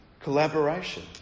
collaboration